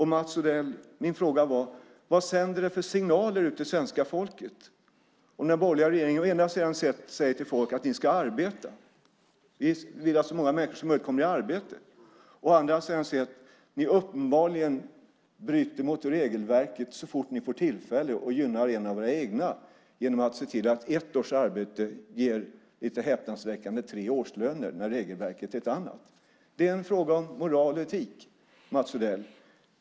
Min fråga var, Mats Odell: Vad sänder det för signaler ut till svenska folket när den borgerliga regeringen å ena sidan säger till folk att de ska arbeta - ni vill att så många människor som möjligt kommer i arbete - och å andra sidan uppenbarligen bryter mot regelverket så fort ni får tillfälle och gynnar en av era egna genom att se till att ett års arbete ger, lite häpnadsväckande, tre årslöner? Regelverket är ju ett annat. Det är en fråga om moral och etik, Mats Odell.